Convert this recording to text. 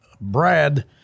Brad